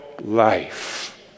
life